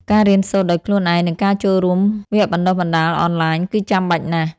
ការរៀនសូត្រដោយខ្លួនឯង និងការចូលរួមវគ្គបណ្តុះបណ្តាលអនឡាញ គឺចាំបាច់ណាស់។